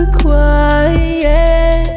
quiet